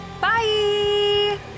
bye